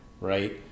right